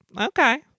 Okay